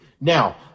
Now